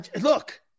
look